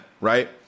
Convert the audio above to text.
right